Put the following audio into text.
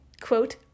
quote